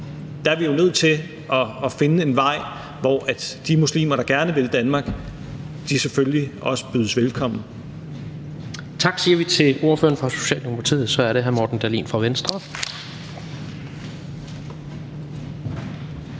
Der er vi jo nødt til at finde en vej, hvor de muslimer, der gerne vil Danmark, selvfølgelig også bydes velkommen. Kl. 16:26 Tredje næstformand (Jens Rohde): Tak siger vi til ordføreren fra Socialdemokratiet. Så er det hr. Morten Dahlin fra Venstre. Kl.